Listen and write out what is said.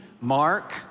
mark